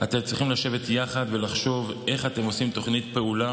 אתם צריכים לשבת יחד ולחשוב איך אתם עושים תוכנית פעולה,